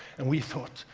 and we thought,